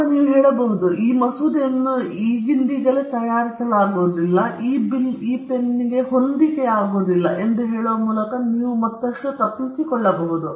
ಇದೀಗ ಈ ಮಸೂದೆಯನ್ನು ತಯಾರಿಸಲಾಗುವುದಿಲ್ಲ ಅಥವಾ ಬಿಲ್ ಈ ಪೆನ್ಗೆ ಹೊಂದಿಕೆಯಾಗುವುದಿಲ್ಲ ಎಂದು ಹೇಳುವ ಮೂಲಕ ನೀವು ಮತ್ತಷ್ಟು ತಪ್ಪಿಸಿಕೊಳ್ಳಬಹುದು